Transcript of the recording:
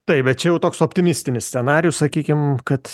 tačiau bet jau toks optimistinis scenarijus sakykim kad